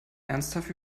ernsthaft